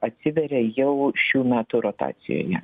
atsiveria jau šių metų rotacijoje